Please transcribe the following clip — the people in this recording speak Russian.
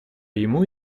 ему